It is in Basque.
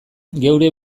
geure